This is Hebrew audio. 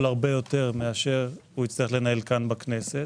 הרבה יותר מאשר הוא יצטרך לנהל כאן בכנסת.